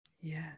yes